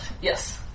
yes